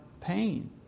pain